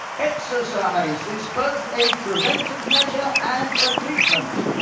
exercise is both a preventive measure and a treatment.